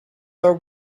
are